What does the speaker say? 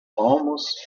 almost